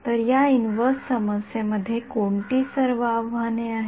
तर या इन्व्हर्स समस्येमध्ये कोणती सर्व आव्हाने आहेत